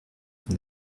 from